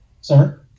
Sir